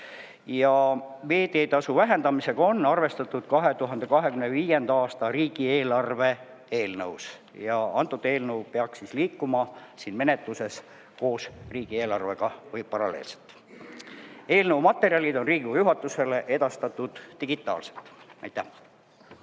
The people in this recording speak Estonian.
Veeteetasu vähendamisega on arvestatud 2025. aasta riigieelarve eelnõus. Antud eelnõu peaks liikuma siin menetluses koos riigieelarvega või paralleelselt. Eelnõu materjalid on Riigikogu juhatusele edastatud digitaalselt. Aitäh!